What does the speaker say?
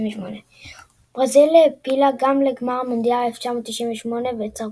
ברזיל העפילה גם לגמר מונדיאל 1998 בצרפת,